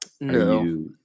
no